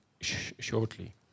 shortly